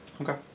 Okay